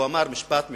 והוא אמר משפט מפורסם,